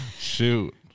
Shoot